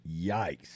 Yikes